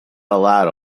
allowed